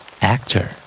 Actor